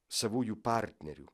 savųjų partnerių